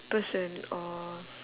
person or